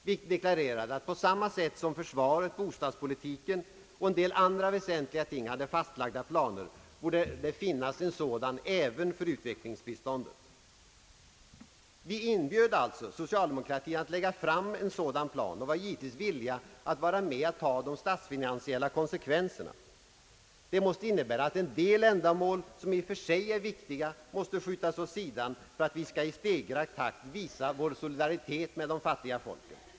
Vi deklarerade att på samma sätt som försvaret, bostadspolitiken och en del andra väsentliga ting hade fastlagda pla Ang. Sveriges utrikespolitik ner borde det finnas en sådan plan även för utvecklingsbiståndet. Vi inbjöd alltså socialdemokratien att lägga fram en sådan plan och var givetvis villiga att vara med och ta de statsfinansiella konsekvenserna. Det måste innebära att en del ändamål som i och för sig är viktiga får skjutas åt sidan för att vi skall i stegrad takt visa vår solidaritet med de fattiga folken.